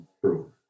true